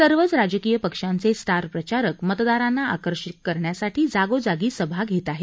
सर्वच राजकीय पक्षांचे स्टार प्रचारक मतदारांना आकर्षित करण्यासाठी जागोजागी सभा घेत आहेत